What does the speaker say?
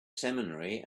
seminary